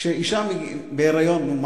כשאשה בהיריון, נו,